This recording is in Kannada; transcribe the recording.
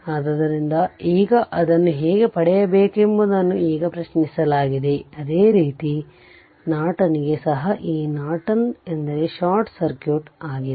ಆದ್ದರಿಂದ ಈಗ ಅದನ್ನು ಹೇಗೆ ಮಾಡಬೇಕೆಂಬುದನ್ನು ಈಗ ಪ್ರಶ್ನಿಸಲಾಗಿದೆ ಅದೇ ರೀತಿ ನಾರ್ಟನ್ಗೆ ಸಹ ಈ ನಾರ್ಟನ್ ಎಂದರೆ ಶಾರ್ಟ್ ಸರ್ಕ್ಯೂಟ್ ಆಗಿದೆ